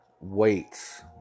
weights